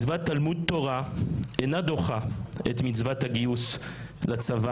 מצוות תלמוד תורה אינה דוחה את מצוות הגיוס לצבא,